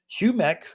Humec